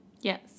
Yes